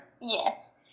Yes